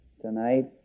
tonight